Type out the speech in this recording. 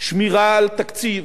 שמירה על תקציב